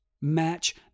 match